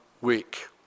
week